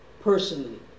personally